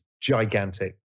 gigantic